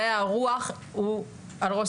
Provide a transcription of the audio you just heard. הנושא הזה של מדעי הרוח, היה לי